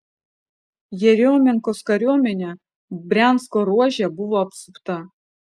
jeriomenkos kariuomenė briansko ruože buvo apsupta